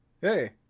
Hey